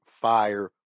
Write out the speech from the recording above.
fire